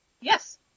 Yes